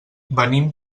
venim